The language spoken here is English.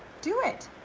do it.